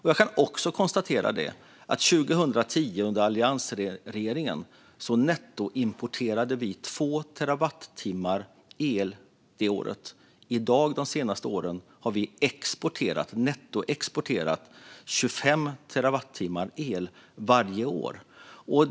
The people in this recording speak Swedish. Jag kan också konstatera att vi 2010, under alliansregeringen, nettoimporterade 2 terawattimmar el. De senaste åren har vi nettoexporterat 25 terawattimmar el varje år.